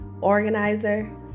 organizer